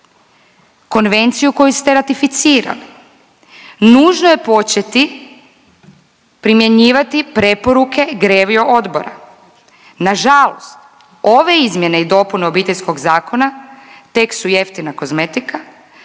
konvenciju koju ste ratificirali, nužno je početi primjenjivati preporuke GREVIO odbora. Nažalost, ove izmjene i dopune Obiteljskog zakona tek su jeftina kozmetika